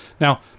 now